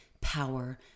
power